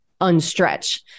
unstretch